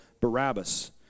Barabbas